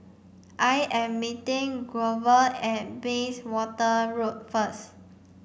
I am meeting Grover at Bayswater Road first